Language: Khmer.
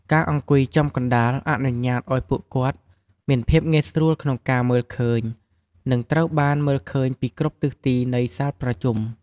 ការអង្គុយចំកណ្តាលអនុញ្ញាតឲ្យពួកគាត់មានភាពងាយស្រួលក្នុងការមើលឃើញ និងត្រូវបានមើលឃើញពីគ្រប់ទិសទីនៃសាលប្រជុំ។